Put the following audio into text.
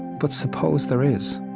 but suppose there is.